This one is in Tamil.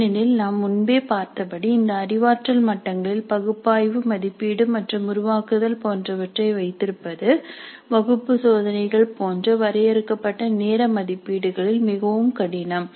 ஏனெனில் நாம் முன்பே பார்த்தபடி இந்த அறிவாற்றல் மட்டங்களில் பகுப்பாய்வு மதிப்பீடு மற்றும் உருவாக்குதல் போன்றவற்றை வைத்திருப்பது வகுப்பு சோதனைகள் போன்ற வரையறுக்கப்பட்ட நேர மதிப்பீடுகளில் மிகவும் கடினம்